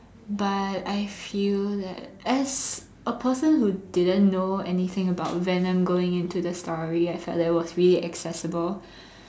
but I feel that as a person who didn't know anything about Venom going in into the story I felt that it was really accessible